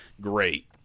great